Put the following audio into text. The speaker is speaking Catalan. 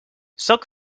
sóc